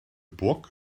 book